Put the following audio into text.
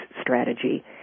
Strategy